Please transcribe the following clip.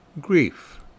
grief